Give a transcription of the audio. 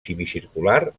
semicircular